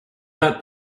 that